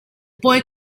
boy